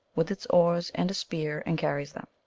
with its oars and a spear, and carries them.